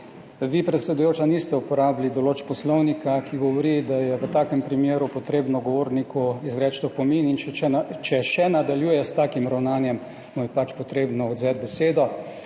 Vi, predsedujoča, niste uporabili določb Poslovnika, ki govori, da je treba v takem primeru govorniku izreči opomin in če še nadaljuje s takim ravnanjem, mu je pač treba odvzeti besedo.